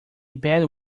bad